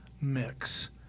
mix